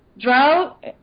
drought